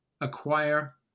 Acquire